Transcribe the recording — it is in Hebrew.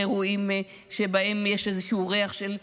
לא יכול ללכת לאירועים שבהם יש איזשהו ריח של בחירות.